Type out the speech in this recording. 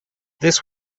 this